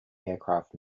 aircraft